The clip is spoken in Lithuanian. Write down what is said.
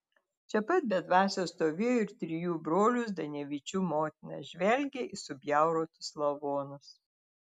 čia pat be dvasios stovėjo ir trijų brolių zdanevičių motina žvelgė į subjaurotus lavonus